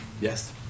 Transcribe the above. Yes